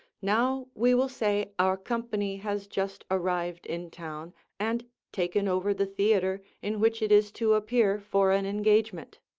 now we will say our company has just arrived in town and taken over the theatre in which it is to appear for an engagement.